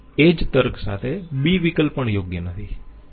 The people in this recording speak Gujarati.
એ જ તર્ક સાથે b વિકલ્પ પણ યોગ્ય નથી